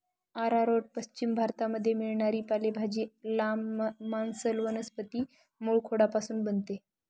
arrowroot पश्चिम भारतामध्ये मिळणारी पालेभाजी, लांब, मांसल वनस्पती मूळखोडापासून बनते